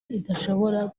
idashobora